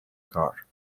car